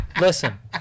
Listen